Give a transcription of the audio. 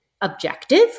objective